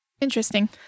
Interesting